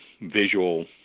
visual